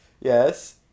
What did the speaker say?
Yes